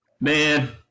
Man